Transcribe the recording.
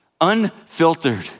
unfiltered